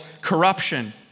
corruption